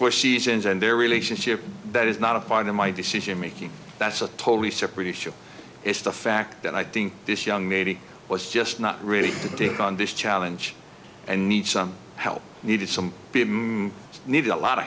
for seasons and their relationship that is not a part of my decision making that's a totally separate issue is the fact that i think this young lady was just not really to take on this challenge and need some help needed some people need a lot